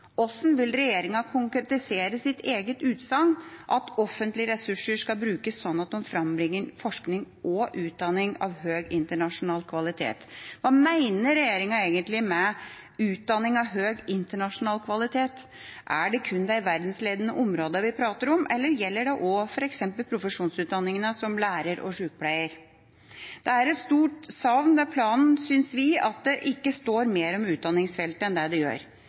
Hvordan vil regjeringa konkretisere sitt eget utsagn om at «offentlige ressurser skal brukes slik at de frembringer forskning og utdanning av høy internasjonal kvalitet»? Hva mener regjeringa egentlig med «utdanning av høy internasjonal kvalitet»? Er det kun de verdensledende områdene vi prater om, eller gjelder det også f.eks. profesjonsutdanningene, som lærer- og sjukepleierutdanningene? Det er et stort savn ved planen, syns vi, at det ikke står mer om utdanningsfeltet enn det det gjør.